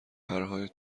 پرهای